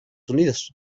unidos